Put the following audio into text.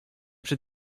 przy